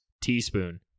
teaspoon